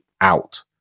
out